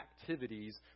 activities